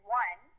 one